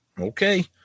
Okay